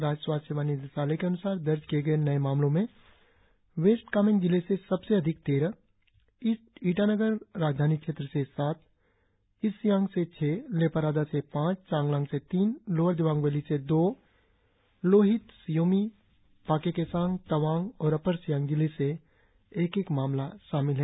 राज्य स्वास्थ्य सेवा निदेशालय के अन्सार दर्ज किए गए नए मामलों में वेस्ट कामेंग जिले से सबसे अधिक तेरह ईटानगर राजधानी क्षेत्र से सात ईस्ट सियांग से छह लेपारादा से पांच चांगलांग से तीन लोअर दिबांग वैली से दो लोहित शी योमी पाक्के केसांग तवांग और अपर सियांग जिले से एक एक मामला शामिल है